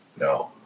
no